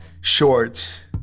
shorts